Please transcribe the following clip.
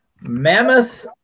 Mammoth